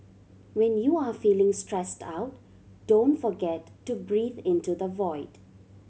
when you are feeling stressed out don't forget to breathe into the void